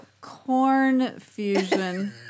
Cornfusion